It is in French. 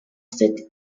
cette